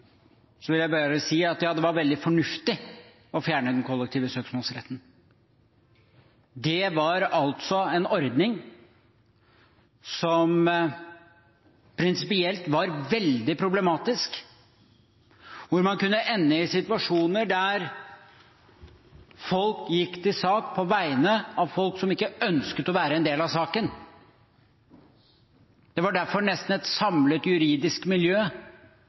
vil jeg bare si at det var veldig fornuftig å fjerne den kollektive søksmålsretten. Det var en ordning som prinsipielt var veldig problematisk, hvor man kunne ende i situasjoner der folk gikk til sak på vegne av folk som ikke ønsket å være en del av saken. Det var derfor et nesten samlet juridisk miljø